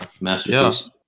Masterpiece